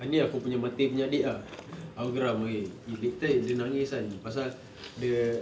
ah ni aku punya mata air punya adik ah aku geram eh that time dia nangis kan pasal dia